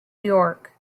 york